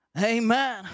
Amen